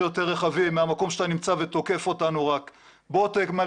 יותר רחבים מהמקום שאתה נמצא ותוקף אותנו רק.